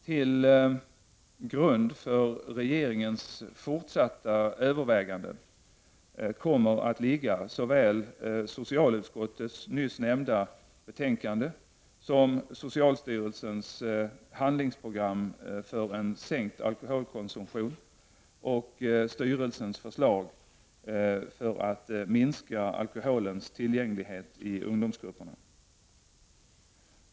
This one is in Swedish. Till grund för regeringens fortsatta överväganden kommer att ligga såväl socialutskottets nyss nämnda betänkande som socialstyrelsens handlingsprogram för en sänkning av alkoholkonsumtionen och styrelsens förslag för att minska alkoholens tillgänglighet i ungdomsgrupperna.